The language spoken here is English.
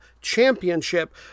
Championship